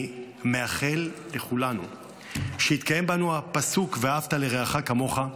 אני מאחל לכולנו שיתקיים בנו הפסוק "ואהבת לרעך כמוך",